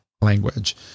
language